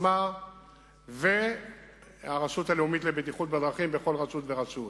עצמה והרשות הלאומית לבטיחות בדרכים בכל רשות ורשות.